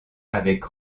avec